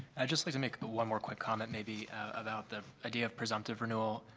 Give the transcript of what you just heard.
i'd just like to make one more quick comment maybe about the idea of presumptive renewal,